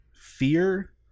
*Fear*